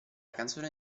canzone